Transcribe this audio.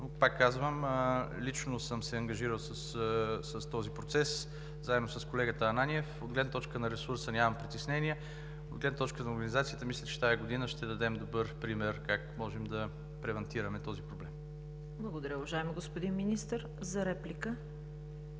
Но, пак казвам, лично съм се ангажирал с този процес заедно с колегата Ананиев. От гледна точка на ресурса нямам притеснения. От гледна точка на организацията мисля, че тази година ще дадем добър пример как можем да превантираме този проблем. ПРЕДСЕДАТЕЛ ЦВЕТА КАРАЯНЧЕВА: Благодаря, уважаеми господин Министър. За реплика